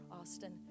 austin